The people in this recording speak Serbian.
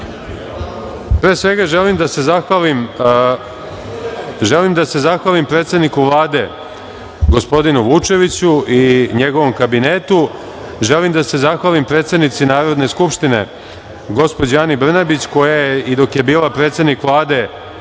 Pre svega, želim da se zahvalim predsedniku Vlade gospodinu Vučeviću i njegovom kabinetu, želim da se zahvalim predsednici Narodne skupštine, gospođi Ani Brnabić, koja je dok je bila predsednik Vlade